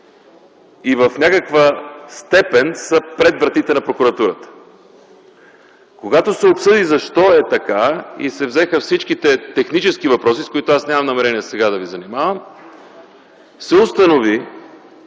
и в някаква степен са пред вратите на прокуратурата. Когато се обсъди защо е така и се взеха всичките технически въпроси, с които аз нямам намерение сега да ви занимавам, се установи,